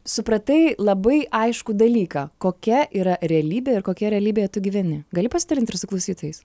supratai labai aiškų dalyką kokia yra realybė ir kokioj realybėje tu gyveni gali pasitrint ir su klausytojais